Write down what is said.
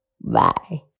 Bye